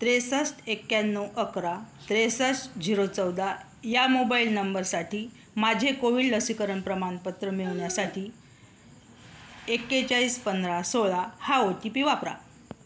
त्रेसष्ट एक्याण्णव अकरा त्रेसष्ट झिरो चौदा या मोबाईल नंबरसाठी माझे कोविड लसीकरण प्रमाणपत्र मिळण्यासाठी एक्केचाळीस पंधरा सोळा हा ओ टी पी वापरा